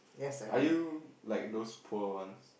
are you like those poor ones